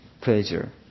pleasure